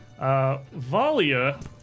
Valia